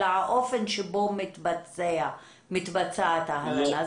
אלא על האופן שבו מתבצעת ההלנה.